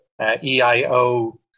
EIO